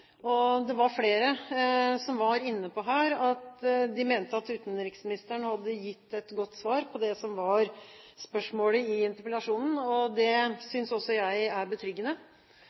debatten. Flere var inne på at de mente at utenriksministeren hadde gitt et godt svar på det som var spørsmålet i interpellasjonen, og det synes også jeg er betryggende.